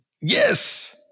Yes